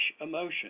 emotion